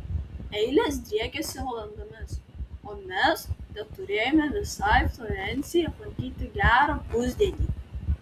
eilės driekiasi valandomis o mes teturėjome visai florencijai aplankyti gerą pusdienį